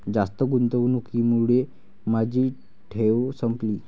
जास्त गुंतवणुकीमुळे माझी ठेव संपली